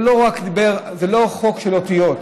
זה לא חוק של אותיות,